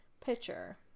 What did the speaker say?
picture